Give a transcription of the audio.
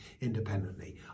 independently